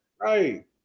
Right